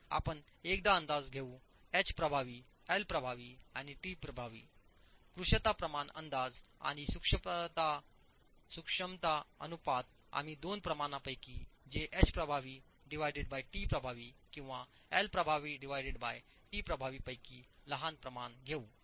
आपण एकदा अंदाज घेऊ एच प्रभावी एल प्रभावी आणि टी प्रभावी कृशता प्रमाण अंदाज आणि सूक्ष्मता अनुपात आम्ही दोन प्रमाणा पैकी जे H प्रभावीtप्रभावी किंवा एलप्रभावी tप्रभावी पैकी लहान प्रमाण घेऊ